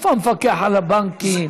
איפה המפקח על הבנקים?